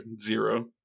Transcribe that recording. zero